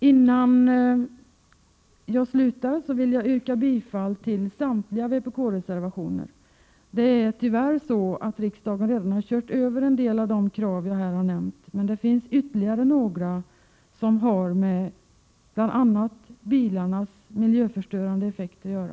Innan jag slutar vill jag yrka bifall till samtliga vpk-reservationer. Tyvärr har riksdagen redan kört över en del av de krav jag har nämnt, men det finns ytterligare några som bl.a. har med bilarnas miljöförstörande effekt att göra.